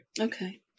Okay